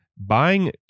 buying